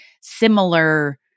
similar